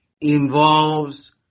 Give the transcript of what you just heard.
involves